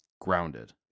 Grounded